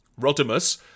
Rodimus